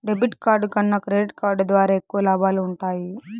debit card కన్నా credit card ద్వారా ఎక్కువ లాబాలు వుంటయ్యి